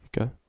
Okay